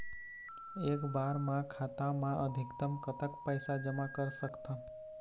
एक बार मा खाता मा अधिकतम कतक पैसा जमा कर सकथन?